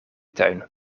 tuin